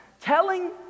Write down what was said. telling